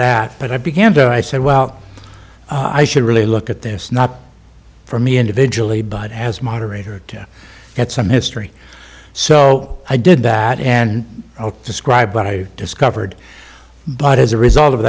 that but i began to i said well i should really look at this not for me individually but as moderator to get some history so i did that and describe what i discovered but as a result of